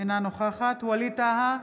אינה נוכחת ווליד טאהא,